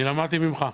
אני למדתי ממך.